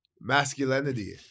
Masculinity